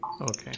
Okay